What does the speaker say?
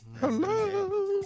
Hello